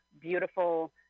beautiful